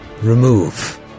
Remove